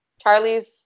Charlie's